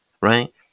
right